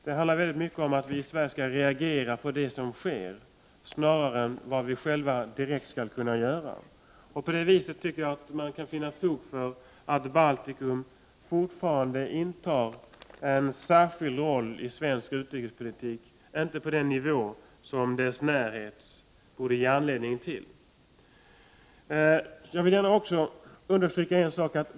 Det handlar mycket om att vi i Sverige skall reagera på det som sker, snarare än om vad vi själva direkt skall kunna göra. Jag tycker att man kan finna fog för uppfattningen att den roll som Baltikum fortfarande spelar i svensk utrikespolitik inte är på den nivå som närheten borde ge anledning till.